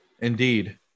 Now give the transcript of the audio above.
Indeed